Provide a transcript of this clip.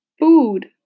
food